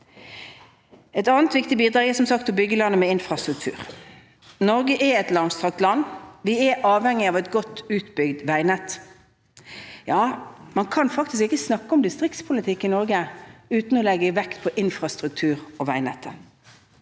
Et annet viktig bidrag er som sagt å bygge landet med infrastruktur. Norge er et langstrakt land, og vi er avhengig av et godt utbygd veinett. Ja, man kan faktisk ikke snakke om distriktspolitikk i Norge uten å legge vekt på infrastruktur og veinettet.